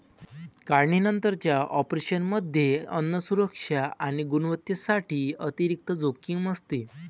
काढणीनंतरच्या ऑपरेशनमध्ये अन्न सुरक्षा आणि गुणवत्तेसाठी अतिरिक्त जोखीम असते